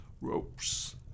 ropes